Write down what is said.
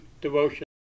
devotion